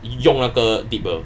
用那个 tea 的